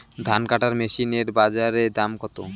ধান কাটার মেশিন এর বাজারে দাম কতো?